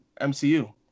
MCU